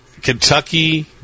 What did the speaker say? Kentucky